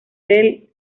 del